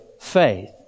faith